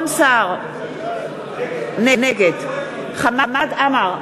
נגד חמד עמאר,